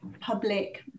public